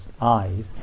eyes